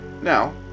Now